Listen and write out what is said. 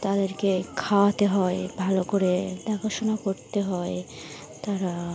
তাদেরকে খাওয়াতে হয় ভালো করে দেখাশোনা করতে হয় তারা